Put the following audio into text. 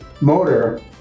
motor